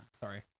sorry